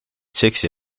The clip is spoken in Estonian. seksi